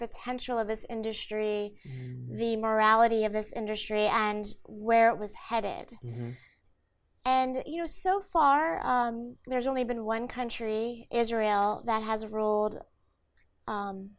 potential of this industry the morality of this industry and where it was headed and you know so far there's only been one country israel that has rolled